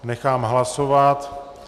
Nechám hlasovat.